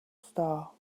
star